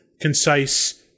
concise